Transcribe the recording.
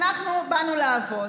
אנחנו באנו לעבוד,